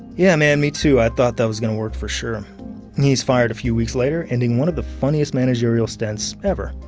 yeah, man, me too. i thought that was gonna work for sure. and he's fired a few weeks later, ending one of the funniest managerial stints ever.